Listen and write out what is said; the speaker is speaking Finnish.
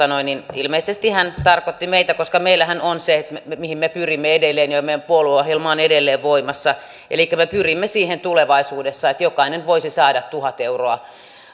ilmeisesti hän tarkoitti meitä koska meillähän on se mihin me pyrimme edelleen ja ja meidän puolueohjelmamme on edelleen voimassa elikkä me pyrimme tulevaisuudessa siihen että jokainen voisi saada tuhat euroa